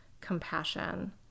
compassion